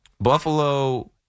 Buffalo